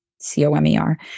C-O-M-E-R